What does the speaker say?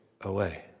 away